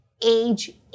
age